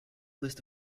list